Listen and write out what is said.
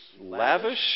lavish